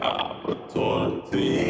opportunity